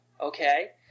okay